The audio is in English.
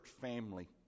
family